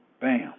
Bam